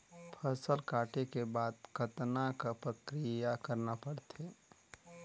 फसल काटे के बाद कतना क प्रक्रिया करना पड़थे?